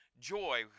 joy